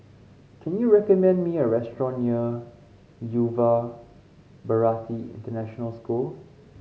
can you recommend me a restaurant near Yuva Bharati International School